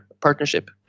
partnership